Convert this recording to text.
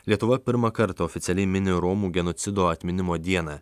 lietuva pirmą kartą oficialiai mini romų genocido atminimo dieną